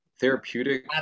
therapeutic